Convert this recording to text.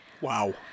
Wow